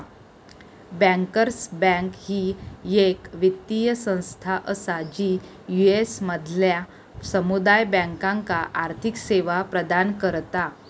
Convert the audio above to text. bankers bank ही येक वित्तीय संस्था असा जी यू.एस मधल्या समुदाय बँकांका आर्थिक सेवा प्रदान करता